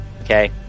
Okay